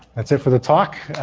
that's it for the talk